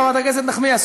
חברת הכנסת נחמיאס,